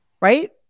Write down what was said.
Right